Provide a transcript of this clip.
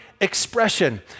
expression